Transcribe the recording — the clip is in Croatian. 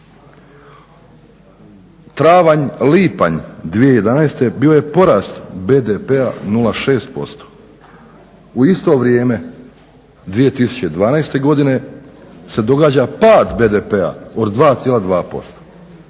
Travanj, lipanj 2011. bio je porast BDP-a 0,6%. U isto vrijeme 2012. godine se događa pad BDP-a od 2,2%